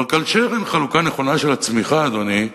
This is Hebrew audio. אבל כאשר אין חלוקה נכונה של הצמיחה, אדוני,